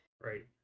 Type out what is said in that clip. Right